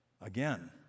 again